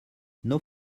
nos